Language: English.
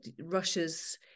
russia's